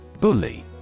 Bully